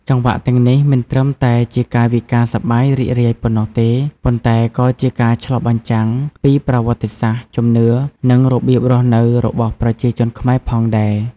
ចង្វាក់ទាំងនេះមិនត្រឹមតែជាកាយវិការសប្បាយរីករាយប៉ុណ្ណោះទេ ប៉ុន្តែក៏ជាការឆ្លុះបញ្ចាំងពីប្រវត្តិសាស្ត្រ ជំនឿ និងរបៀបរស់នៅរបស់ប្រជាជនខ្មែរផងដែរ។